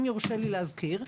אם יורשה לי להזכיר,